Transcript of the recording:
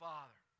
Father